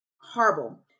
horrible